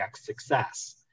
success